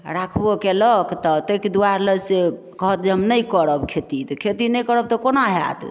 राखबो कयलक तऽ ताहिके दुआरे लऽ से कहत जे हम नहि करब खेती तऽ खेती नहि करब तऽ कोना होयत